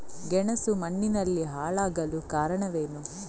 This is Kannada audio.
ಗೆಣಸು ಮಣ್ಣಿನಲ್ಲಿ ಹಾಳಾಗಲು ಕಾರಣವೇನು?